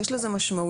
יש לזה משמעויות,